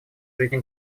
жизни